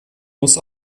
muss